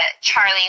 Charlie